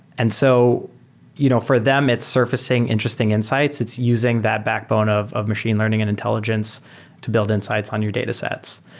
and so you know for them, it's surfacing interesting insights. it's using that backbone of of machine learning and intelligence to build insights on your datasets,